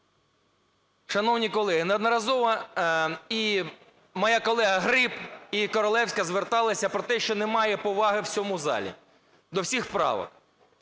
Шановні колеги, неодноразово і моя колега Гриб, і Королевська зверталися про те, що немає поваги в цьому залі до всіх правок.